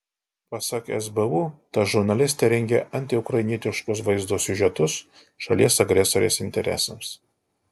pasak sbu ta žurnalistė rengė antiukrainietiškus vaizdo siužetus šalies agresorės interesams